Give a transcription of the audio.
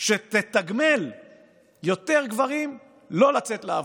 שתתגמל יותר גברים לא לצאת לעבודה.